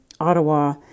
Ottawa